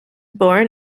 born